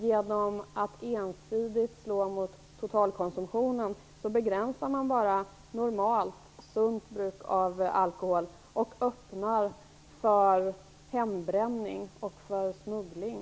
Genom att ensidigt slå mot totalkonsumtionen begränsar man bara normalt, sunt bruk av alkohol och öppnar för hembränning och smuggling.